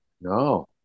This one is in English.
No